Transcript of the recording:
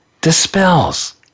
dispels